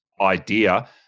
idea